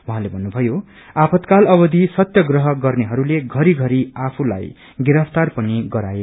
उहे भन्नुभयो आपातकाल अवयि सत्याप्रह गर्नेहरूले घरि घरि आफूलाई गिरफ्तार पनि गराए